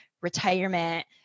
retirement